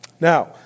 Now